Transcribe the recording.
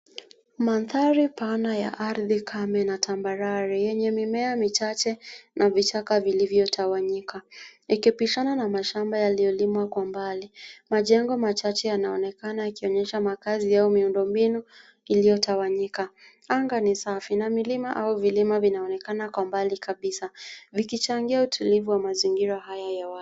Mandhari pana ya ardhi kame na tambarare, yenye mimea michache na vichaka vilivyotawanyika Ikipishana na mashamba yaliyolimwa kwa mbali. Majengo machache yanaonekana yakionyesha makazi au miundo mbinu iliyotawanyika. Anga ni safi na milima au vilima vinaonekana kwa mbali kabisa vikichangia utulivu ya mazingira haya ya wazi.